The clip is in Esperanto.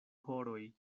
horoj